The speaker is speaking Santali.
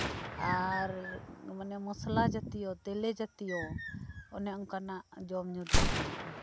ᱟᱨ ᱢᱚᱥᱞᱟ ᱡᱟᱛᱤᱭᱚ ᱛᱮᱞᱮ ᱡᱟᱹᱛᱤᱭᱚ ᱚᱱᱮ ᱚᱱᱠᱟᱱᱟᱜ ᱡᱚᱢ ᱧᱩ ᱰᱷᱮᱨ ᱢᱮᱱᱟᱜᱼᱟ